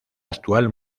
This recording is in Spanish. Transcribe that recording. actual